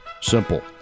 simple